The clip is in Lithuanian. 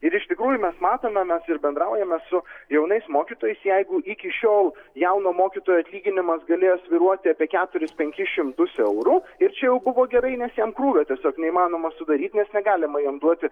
ir iš tikrųjų mes matome mes ir bendraujame su jaunais mokytojais jeigu iki šiol jauno mokytojo atlyginimas galėjo svyruoti apie keturis penkis šimtus eurų ir čia jau buvo gerai nes jam krūvio tiesiog neįmanoma sudaryti nes negalima jam duoti